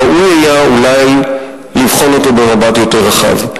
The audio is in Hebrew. ראוי היה אולי לבחון אותו במבט יותר רחב,